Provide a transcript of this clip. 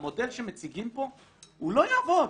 המודל שמציגים פה לא יעבוד,